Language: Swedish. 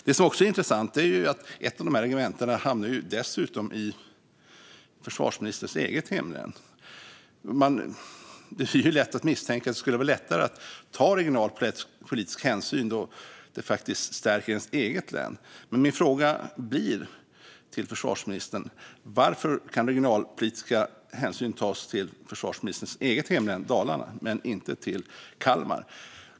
Det som också är intressant är att ett av dessa regementen hamnar i försvarsministerns eget hemlän. Det är lätt att misstänka att det skulle vara lättare att ta regionalpolitisk hänsyn då det stärker ens eget län. Min fråga till försvarsministern blir: Varför kan regionalpolitiska hänsyn tas till försvarsministerns eget hemlän Dalarna men inte till Kalmar?